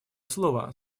слова